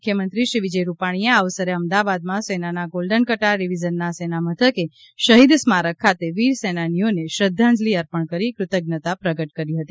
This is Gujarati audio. મુખ્યમંત્રી શ્રી વિજય રૂપાણીએ આ અવસરે અમદાવાદમાં સેનાના ગોલ્ડન કટાર ડિવિઝનના સેનામથકે શહીદ સ્મારક ખાતે વીર સેનાનીઓને શ્રદ્ધાંજલિ અર્પણ કરી કૃતજ્ઞતા પ્રગટ કરી હતી